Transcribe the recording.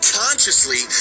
consciously